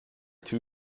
two